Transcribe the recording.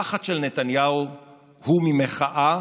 הפחד של נתניהו הוא ממחאה,